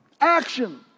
action